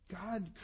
God